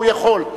הוא יכול.